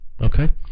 Okay